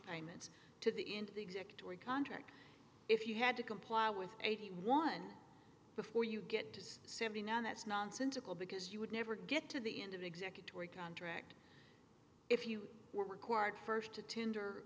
payments to the end of the executor contract if you had to comply with eighty one before you get to seventy nine that's nonsensical because you would never get to the end of executor or a contract if you were required first to tender